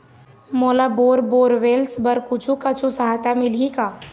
मोला bore borewells बर कुछू कछु सहायता मिलही का?